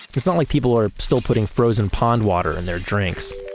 it's not like people are still putting frozen pond water in their drinks